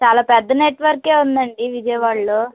చాలా పెద్ద నెట్వర్క్ ఉంది అండి విజయవాడలో